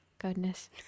goodness